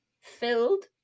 filled